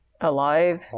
Alive